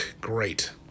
Great